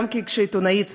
גם כעיתונאית,